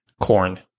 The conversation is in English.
Corn